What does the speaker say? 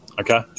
Okay